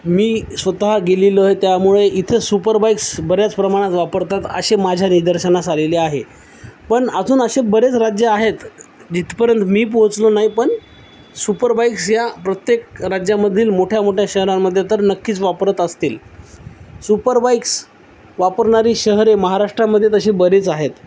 मी स्वतः गेलेलो आहे त्यामुळे इथे सुपरबाईक्स बऱ्याच प्रमाणात वापरतात असे माझ्या निदर्शनास आलेले आहे पण अजून असे बरेच राज्य आहेत जिथपर्यंत मी पोहोचलो नाही पण सुपरबाईक्स या प्रत्येक राज्यामधील मोठ्या मोठ्या शहरांमध्ये तर नक्कीच वापरत असतील सुपरबाईक्स वापरणारी शहरं महाराष्ट्रामध्ये तशी बरेच आहेत